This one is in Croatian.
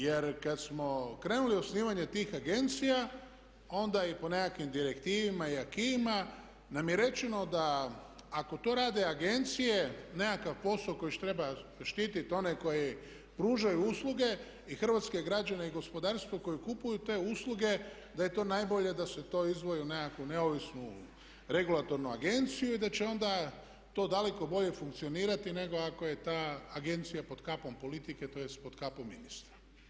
Jer kada smo krenuli u osnivanje tih agencija onda i po nekakvim direktivama i acquis nam je rečeno da ako to rade agencije nekakav posao koji treba štiti one koji pružaju usluge i hrvatske građane i gospodarstvo koji kupuju te usluge da je to najbolje da se to izdvoji u nekakvu neovisnu regulatornu agenciju i da će onda to daleko bolje funkcionirati nego ako je ta agencija pod kapom politike, tj. pod kapom ministra.